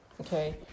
okay